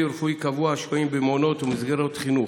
ורפואי קבוע השוהים במעונות ובמסגרות החינוך.